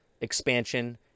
expansion